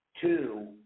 Two